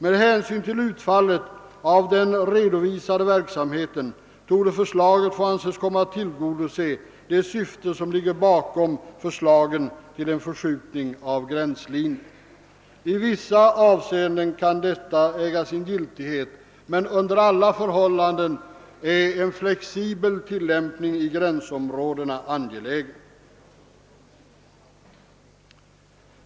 Med hänsyn till utfallet av den redovisade verksamheten torde förslaget få anses komma att tillgodose de syften som ligger bakom förslagen till en förskjutning av gränslinjen.> I vissa avseenden kan detta äga sin giltighet. Under alla förhållanden är en flexibel tillämpning av stödåtgärderna inom gränsområdena angelägen.